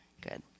Good